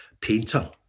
painter